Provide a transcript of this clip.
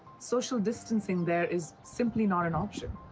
social distancing there is simply not an option.